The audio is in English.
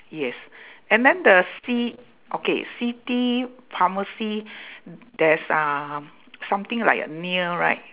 yes and then the ci~ okay city pharmacy there's uh something like a nail right